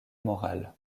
morale